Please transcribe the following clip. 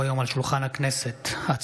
המאה-ושבע של הכנסת העשרים-וחמש יום שני,